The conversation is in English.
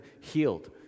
healed